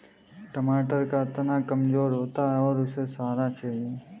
टमाटर का तना कमजोर होता है और उसे सहारा चाहिए